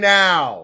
now